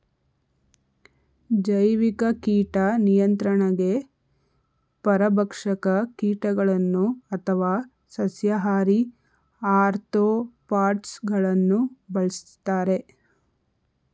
ಜೈವಿಕ ಕೀಟ ನಿಯಂತ್ರಣಗೆ ಪರಭಕ್ಷಕ ಕೀಟಗಳನ್ನು ಅಥವಾ ಸಸ್ಯಾಹಾರಿ ಆಥ್ರೋಪಾಡ್ಸ ಗಳನ್ನು ಬಳ್ಸತ್ತರೆ